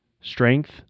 strength